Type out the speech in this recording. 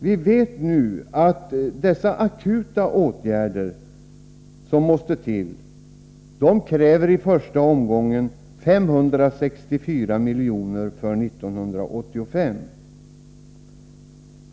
Vi vet nu att för dessa akuta åtgärder krävs i en första omgång 564 miljoner för 1985.